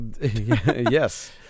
Yes